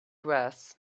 grass